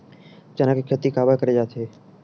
चना के खेती काबर करे जाथे?